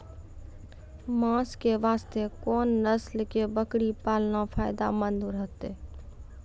मांस के वास्ते कोंन नस्ल के बकरी पालना फायदे मंद रहतै?